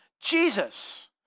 Jesus